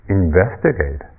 investigate